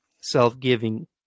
self-giving